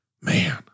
man